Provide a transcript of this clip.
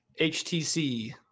HTC